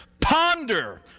Ponder